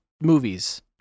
movies